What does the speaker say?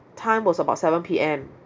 time was about seven P_M